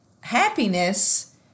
Happiness